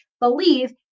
believe